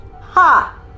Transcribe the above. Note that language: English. Ha